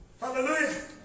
Hallelujah